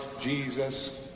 Jesus